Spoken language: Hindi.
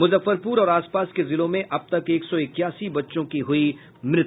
मुजफ्फरपुर और आसपास के जिलों में अब तक एक सौ इक्यासी बच्चों की हुई मौत